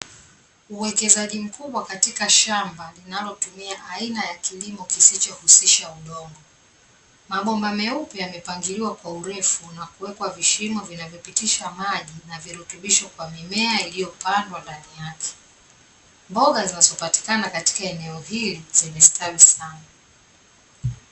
Uwekezaji mkubwa katika shamba linalotumia aina ya kilimo kisichohusisha udongo, mabomba meupe yamepangiliwa kwa urefu na kuwekwa vishimo vinavyopitisha maji na virutubisho kwa mimea iliyopandwa ndani yake, mboga zinazopatikana katika eneo hili zimestawi sana.